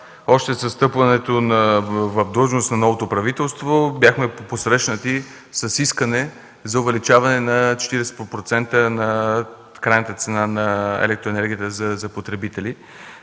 още с встъпването в длъжност на новото правителство бяхме посрещнати с искане за увеличаване на 40% на крайната цена на електроенергията за потребители.